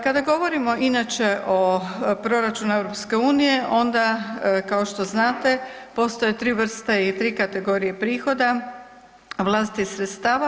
Kada govorimo inače o proračunu EU onda kao što znate postoje tri vrste i tri kategorija prihoda vlastitih sredstava.